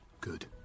Good